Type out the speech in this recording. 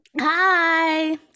Hi